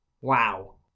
wow